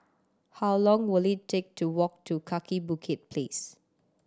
how long will it take to walk to Kaki Bukit Place